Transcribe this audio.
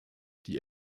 die